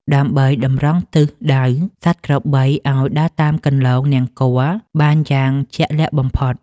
ដើម្បីតម្រង់ទិសដៅសត្វក្របីឱ្យដើរតាមគន្លងនង្គ័លបានយ៉ាងជាក់លាក់បំផុត។